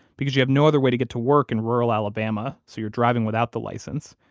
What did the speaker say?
because you have no other way to get to work in rural alabama, so you're driving without the license.